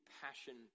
passion